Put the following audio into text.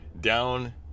down